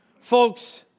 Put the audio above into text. Folks